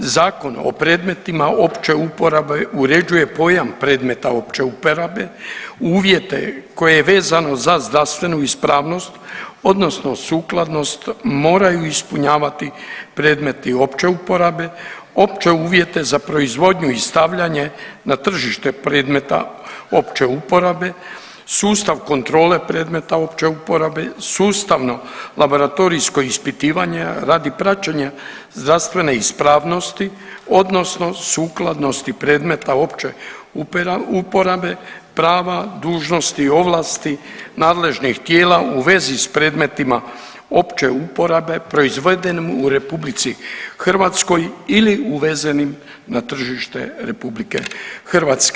Zakon o predmetima opće uporabe uređuje pojam predmeta opće uporabe, uvjete koje je vezano za zdravstvenu ispravnost odnosno sukladnost moraju ispunjavati predmeti opće uporabe, opće uvjete za proizvodnju i stavljanje na tržište predmeta opće uporabe, sustav kontrola predmeta opće uporabe, sustavno laboratorijsko ispitivanje radi praćenja zdravstvene ispravnosti odnosno sukladnosti predmeta opće uporabe, prava, dužnosti i ovlasti nadležnih tijela u vezi s predmetima opće uporabe proizvedenim u RH ili uvezenim na tržište RH.